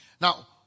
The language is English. Now